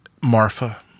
Marfa